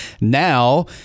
Now